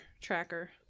tracker